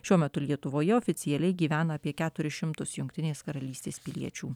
šiuo metu lietuvoje oficialiai gyvena apie keturis šimtus jungtinės karalystės piliečių